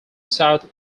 south